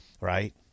right